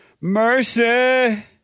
Mercy